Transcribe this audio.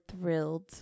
thrilled